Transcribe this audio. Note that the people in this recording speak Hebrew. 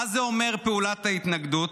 מה זה אומר פעולת ההתנגדות?